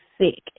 sick